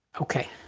Okay